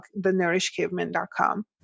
TheNourishCaveman.com